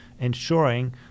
ensuring